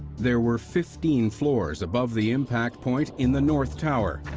there were fifteen floors above the impact point in the north tower,